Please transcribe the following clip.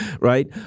right